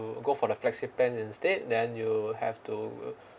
go for the flexi plan instead then you'll have to